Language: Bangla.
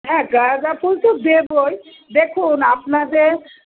হ্যাঁ গাঁদা ফুল তো দেবোই দেখুন আপনাদের